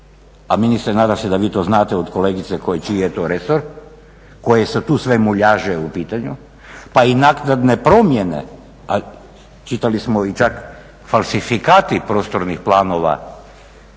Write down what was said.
a ministre nadam se da vi to znate od kolegice čiji je to resor, koje su tu sve muljaže u pitanju pa i naknadne promjene ali, čitali smo čak i falsifikati prostornih planova